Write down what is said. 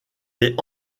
est